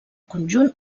conjunt